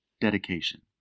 dedication